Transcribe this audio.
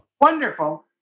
Wonderful